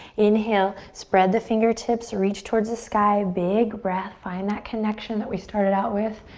inhale, spread the fingertips, reach towards the sky. big breath. find that connection that we started out with,